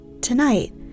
Tonight